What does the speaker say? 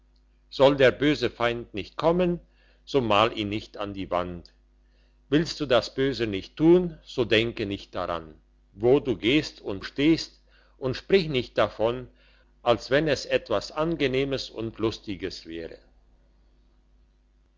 soll der böse feind nicht kommen so mal ihn nicht an die wand willst du das böse nicht tun so denke nicht daran wo du gehst und stehst und sprich nicht davon als wenn es etwas angenehmes und lustiges wäre